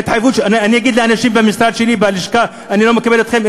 אני אגיד לאנשים בלשכה שלי: אני לא מקבל אתכם,